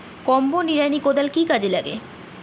Combo নিড়ানি কোদাল কি কাজে লাগে?